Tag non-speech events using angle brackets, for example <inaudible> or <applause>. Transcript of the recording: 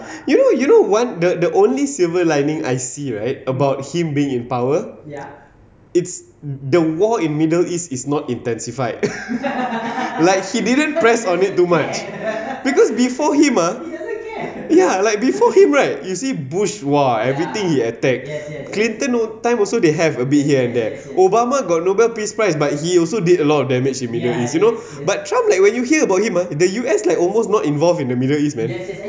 you know you know one the the only silver lining I see right about him being in power it's the war in middle east is not intensified <laughs> like he didn't press on it too much because before him ah ya like before him right you see bush !wah! everything he attack clinton no time also they have a bit here and there obama got nobel peace prize but he also did a lot of damaged in middle east you know but trump like when you hear about him ah the U_S like almost not involved in the middle east man